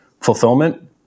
fulfillment